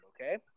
okay